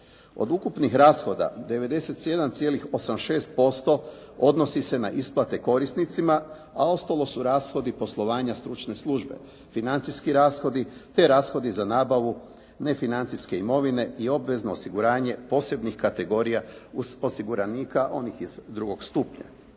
Od ukupnih rashoda 91,86% odnosi se na isplate korisnicima a ostalo su rashodi poslovanja stručne službe, financijski rashodi te rashodi za nabavu nefinancijske imovine i obvezno osiguranje posebnih kategorija uz osiguranika onih iz drugog stupnja,